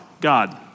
God